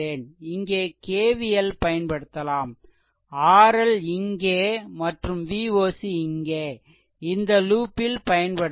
இங்கே KVL பயன்படுத்தலாம் RL இங்கே மற்றும் Voc இங்கே இந்த லூப்பில் பயன்படுத்தலாம்